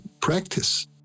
practice